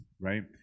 right